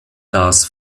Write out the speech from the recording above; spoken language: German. das